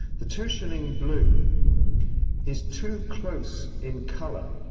the two shilling blue is too close in color